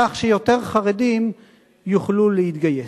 כך שיותר חרדים יוכלו להתגייס.